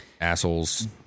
assholes